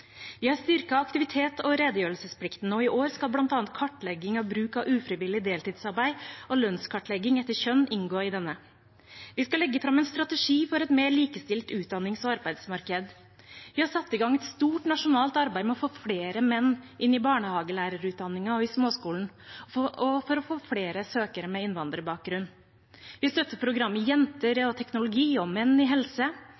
Vi har styrket aktivitets- og redegjørelsesplikten, og i år skal bl.a. kartlegging av bruk av ufrivillig deltidsarbeid og lønnskartlegging etter kjønn inngå i denne. Vi skal legge fram en strategi for et mer likestilt utdannings- og arbeidsmarked. Vi har satt i gang et stort nasjonalt arbeid med å få flere menn inn i barnehagelærerutdanningen og i småskolen og for å få flere søkere med innvandrerbakgrunn. Vi støtter